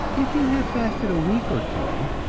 if you have fasted a week or two,